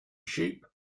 sheep